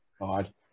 God